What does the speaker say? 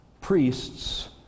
Priests